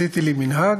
עשיתי לי מנהג: